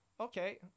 Okay